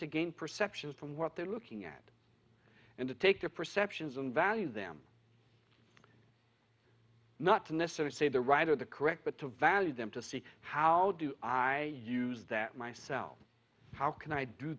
to gain perceptions from what they're looking at and to take their perceptions and value them not to necessarily say the right or the correct but to value them to see how do i use that myself how can i do